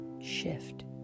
shift